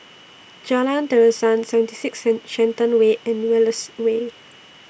Jalan Terusan seventy six Shenton Way and Wallace Way